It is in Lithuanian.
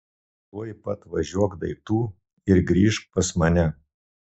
tuoj pat važiuok daiktų ir grįžk pas mane